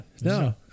No